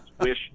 wish